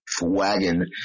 wagon